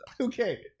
Okay